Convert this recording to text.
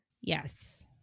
Yes